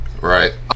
right